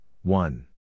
one